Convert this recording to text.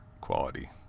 quality